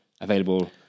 available